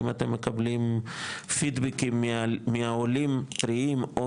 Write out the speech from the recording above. אם אתם מקבלים פידבקים מהעולים הטריים או